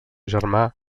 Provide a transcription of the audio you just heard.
germà